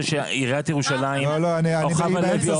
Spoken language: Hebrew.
זה שעיריית ירושלים או חוה לוי,